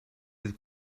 dydd